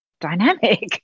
dynamic